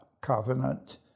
covenant